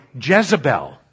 Jezebel